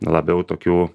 labiau tokių